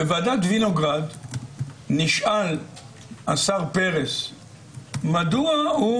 בוועדת וינוגרד נשאל השר פרס מדוע הוא